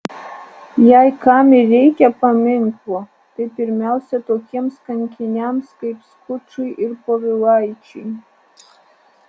jei kam ir reikia paminklo tai pirmiausia tokiems kankiniams kaip skučui ir povilaičiui